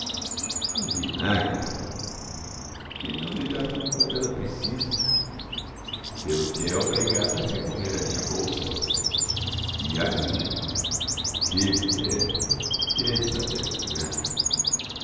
um vinagre que não lhe dá tudo quanto ela precisa pelo que é obrigada a recorrer à minha bolsa e à minha que mulher que desavergonhada